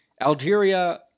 Algeria